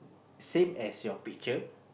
same as your picture